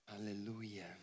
Hallelujah